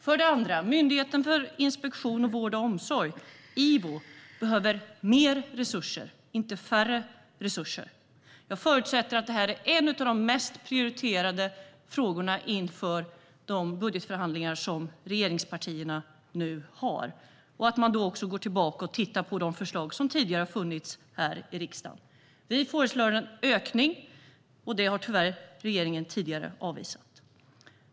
För det andra behöver Inspektionen för vård och omsorg, Ivo, mer resurser och inte mindre. Jag förutsätter att det här är en av de mest prioriterade frågorna inför de budgetförhandlingar som regeringspartierna nu har och att man också går tillbaka och tittar på de förslag som tidigare har funnits här i riksdagen. Vi föreslår en ökning, men det har regeringen tidigare tyvärr avvisat.